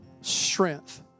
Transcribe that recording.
strength